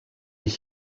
ich